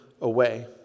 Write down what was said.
away